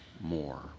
more